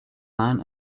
man